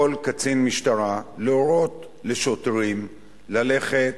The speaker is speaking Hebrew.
יכול קצין משטרה להורות לשוטרים ללכת,